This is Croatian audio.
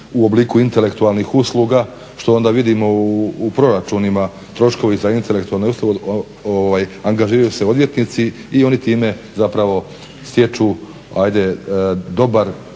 u obliku intelektualnih usluga što onda vidimo u proračunima, troškovi za intelektualne usluge, angažiraju se odvjetnici i oni time zapravo stječu dobar